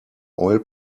oil